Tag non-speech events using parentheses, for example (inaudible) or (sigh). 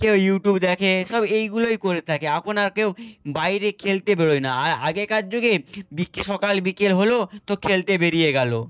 কেউ ইউটিউব দেখে সব এইগুলোই করে থাকে এখন আর কেউ বাইরে খেলতে বেরোয় না আর আগেকার যুগে (unintelligible) সকাল বিকেল হল তো খেলতে বেরিয়ে গেল